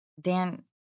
Dan